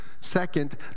Second